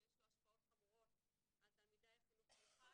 שיש לו השפעות חמורות על תלמידי החינוך המיוחד,